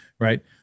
right